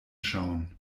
schauen